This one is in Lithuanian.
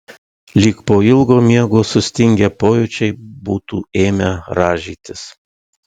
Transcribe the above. lyg po ilgo miego sustingę pojūčiai būtų ėmę rąžytis